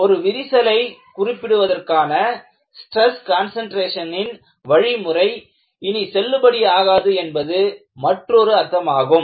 ஒரு விரிசலை குறிப்பிடுவதற்கான ஸ்ட்ரெஸ் கான்சன்ட்ரேஷனின் வழிமுறை இனி செல்லுபடியாகாது என்பது மற்றொரு அர்த்தமாகும்